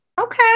okay